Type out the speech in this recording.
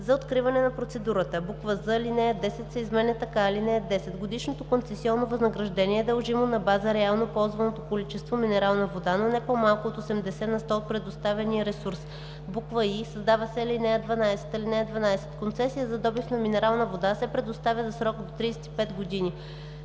„за откриване на процедурата“; з) алинея 10 се изменя така: „(10) Годишното концесионно възнаграждение е дължимо на база реално ползваното количество минерална вода, но не по-малко от 80 на сто от предоставения ресурс.“; и) създава се ал. 12: „(12) Концесия за добив на минерална вода се предоставя за срок до 35 години.“